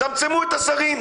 תצמצמו את מספר השרים.